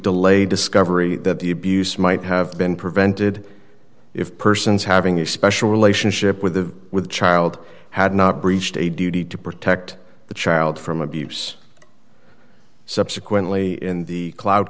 delay discovery that the abuse might have been prevented if persons having a special relationship with the with child had not breached a duty to protect the child from abuse subsequently in the cloud